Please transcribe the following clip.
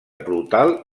brutal